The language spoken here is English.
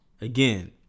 Again